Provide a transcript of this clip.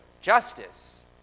justice